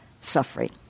suffering